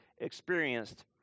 experienced